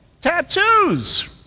tattoos